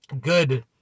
good